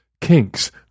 Kinks